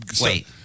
Wait